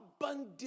abundant